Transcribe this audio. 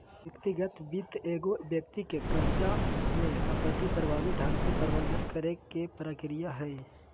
व्यक्तिगत वित्त एगो व्यक्ति के कब्ज़ा में संपत्ति प्रभावी ढंग से प्रबंधन के प्रक्रिया हइ